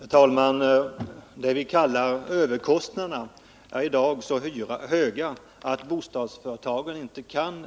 Herr talman! De s.k. överkostnaderna är i dag så höga att bostadsföretagen inte kan